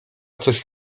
coś